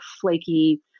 flaky